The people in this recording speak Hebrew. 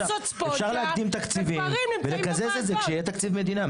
אפשר להקדים תקציבים ולקזז את זה כשיהיה תקציב מדינה.